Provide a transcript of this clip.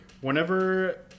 Whenever